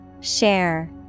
Share